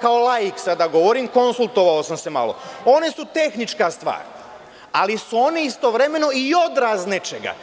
kao laik sada govorim, konsultovao sam se malo, one su tehnička stvar, ali su one istovremeno i odraz nečega.